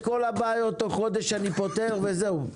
את כל הבעיות תוך חודש אני פותר וזהו.